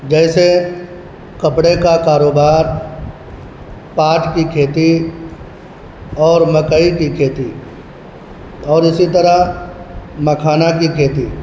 جیسے کپڑے کا کاروبار پاٹ کی کھیتی اور مکئی کی کھیتی اور اسی طرح مکھانا کی کھیتی